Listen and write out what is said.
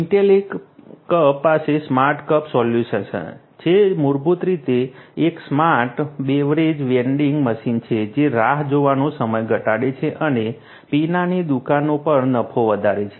Intellicup પાસે smart cup solution છે જે મૂળભૂત રીતે એક સ્માર્ટ બેવરેજ વેન્ડિંગ મશીન છે જે રાહ જોવાનો સમય ઘટાડે છે અને પીણાની દુકાનો પર નફો વધારે છે